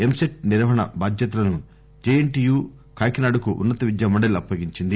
ఎంసెట్ నిర్వహణ బాధ్యతలను జేఎన్లీయూ కాకినాడకు ఉన్నత విద్యా మండలి అప్పగించింది